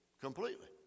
completely